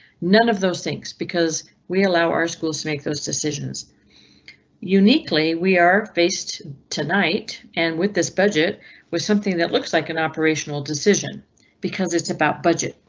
none of those things because we allow our schools to make those decisions uniquely. we are faced tonight an and with this budget with something that looks like an operational decision because it's about budget.